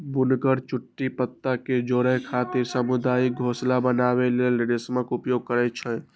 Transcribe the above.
बुनकर चुट्टी पत्ता कें जोड़ै खातिर सामुदायिक घोंसला बनबै लेल रेशमक उपयोग करै छै